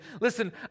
listen